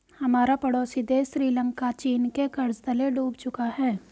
हमारा पड़ोसी देश श्रीलंका चीन के कर्ज तले डूब चुका है